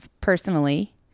personally